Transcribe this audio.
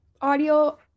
audio